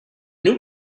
new